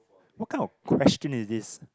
what kind of question is this